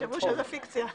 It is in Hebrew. יחשבו שזאת פיקציה.